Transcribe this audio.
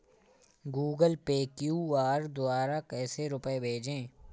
Google Pay QR द्वारा कैसे रूपए भेजें?